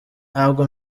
ntabwo